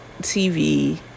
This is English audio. TV